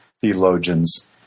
theologians